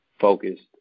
focused